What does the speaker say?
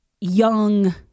young